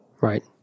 Right